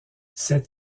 ces